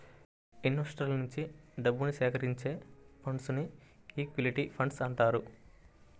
ఇన్వెస్టర్ల నుంచి డబ్బుని సేకరించే ఫండ్స్ను ఈక్విటీ ఫండ్స్ అంటారు